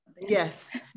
Yes